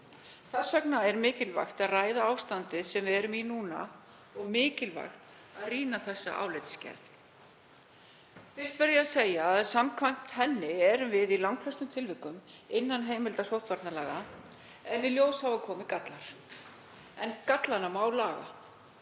Þess vegna er mikilvægt að ræða ástandið sem við búum við núna og rýna þessa álitsgerð. Fyrst verð ég að segja að samkvæmt henni erum við í langflestum tilvikum innan heimilda sóttvarnalaga. Í ljós hafa komið gallar en þá má laga.